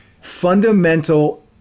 fundamental